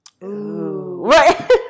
Right